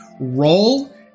roll